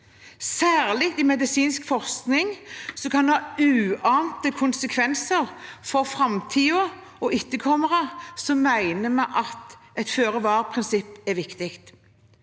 Særlig innen medisinsk forskning, som kan ha uante konsekvenser for framtiden og etterkommerne, mener vi at et føre-var-prinsipp er viktig.